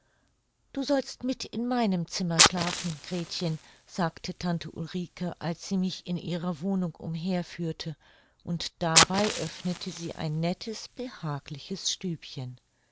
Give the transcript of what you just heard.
du sollst mit in meinem zimmer schlafen gretchen sagte tante ulrike als sie mich in ihrer wohnung umher führte und dabei öffnete sie ein nettes behagliches stübchen